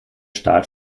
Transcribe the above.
start